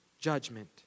judgment